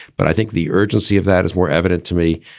but i think the urgency of that is more evident to me.